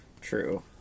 True